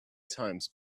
times